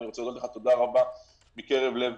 אני רוצה להגיד לך תודה רבה מקרב לב